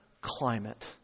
climate